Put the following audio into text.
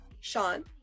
Sean